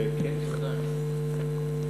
כן, בוודאי.